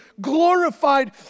glorified